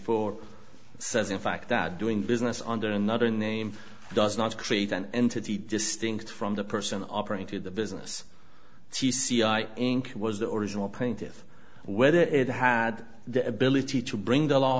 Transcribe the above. four says in fact that doing business under another name does not create an entity distinct from the person operated the business g c i inc was the original plaintive whether it had the ability to bring the law